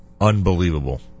unbelievable